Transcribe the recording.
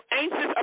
anxious